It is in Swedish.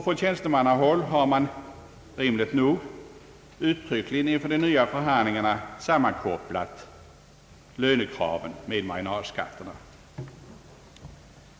På tjänstemannahåll har man rimligt nog uttryckligen inför de nya förhandlingarna sammankopplat lönekraven med marginalskatterna.